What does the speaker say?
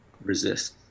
resist